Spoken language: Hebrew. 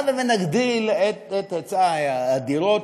הבה ונגדיל את היצע הדירות,